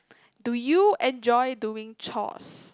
do you enjoy doing chores